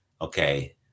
okay